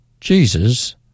Jesus